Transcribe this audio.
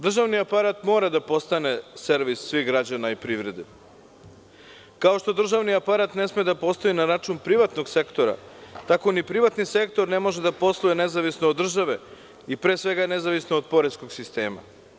Državni aparat mora da postane servis svih građana i privrede, kao što državni aparat ne sme da postoji na račun privatnog sektora, tako ni privatni sektor ne može da posluje nezavisno od države i pre svega nezavisno od poreskog sistema.